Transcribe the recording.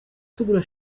tugura